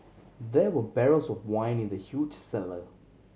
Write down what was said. there were barrels of wine in the huge cellar